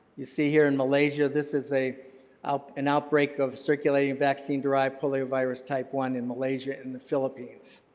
you see here in malaysia this is a up an outbreak of circulating vaccine derived poliovirus type one in malaysia and the philippines.